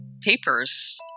papers